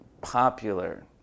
popular